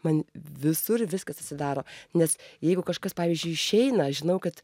man visur viskas atsidaro nes jeigu kažkas pavyzdžiui išeina aš žinau kad